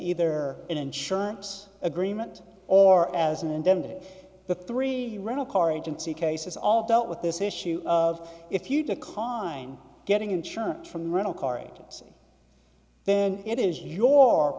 either an insurance agreement or as an indemnity the three rental car agency cases all dealt with this issue of if you decline getting insurance from the rental car agency then it is your